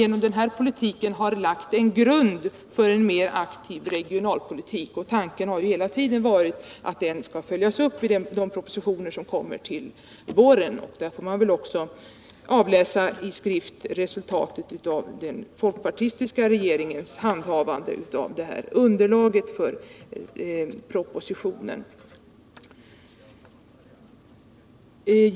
Genom denna politik har man lagt en grund för en mer aktiv regionalpo litik, och tanken har hela tiden varit att den skall följas upp i de propositioner som kommer till våren. Då får man i skrift avläsa resultatet av den folkpartistiska regeringens handhavande av det underlag som tagits fram för propositionskrivandet.